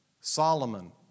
Solomon